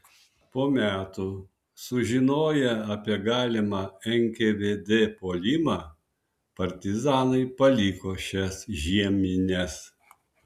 po metų sužinoję apie galimą nkvd puolimą partizanai paliko šias žiemines